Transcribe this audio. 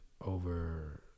over